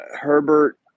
Herbert